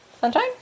Sunshine